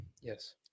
Yes